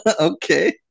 Okay